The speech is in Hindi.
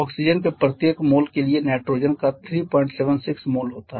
ऑक्सीजन के प्रत्येक मोल के लिए नाइट्रोजन का 376 मोल होता है